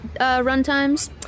runtimes